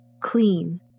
clean